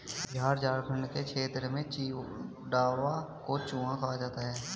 बिहार झारखंड के क्षेत्र में चिड़वा को चूड़ा कहा जाता है